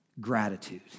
gratitude